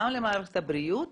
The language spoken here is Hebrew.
גם למערכת הבריאות